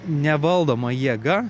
nevaldoma jėga